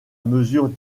mesure